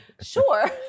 sure